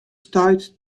stuit